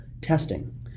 testing